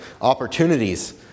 opportunities